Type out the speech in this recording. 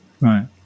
Right